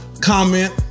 comment